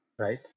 right